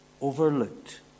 Overlooked